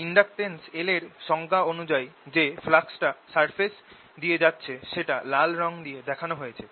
inductance L এর সংজ্ঞা অনুযায়ী যে ফ্লাক্স Փ টা সারফেস দিয়ে যাচ্ছে সেটা লাল রঙ দিয়ে দেখানো হয়েছে